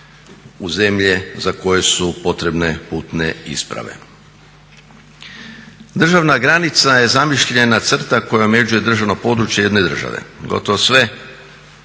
u zemlje za koje su potrebne putne isprave. Državna granica je zamišljena crta koja omeđuje državno područje jedne države, gotovo sve